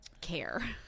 care